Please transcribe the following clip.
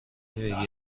بگیرم